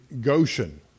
Goshen